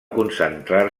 concentrar